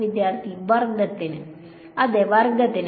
വിദ്യാർത്ഥിവർഗത്തിന് അതെ വർഗത്തിന്